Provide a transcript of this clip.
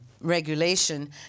regulation